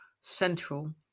central